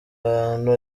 abantu